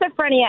Schizophrenia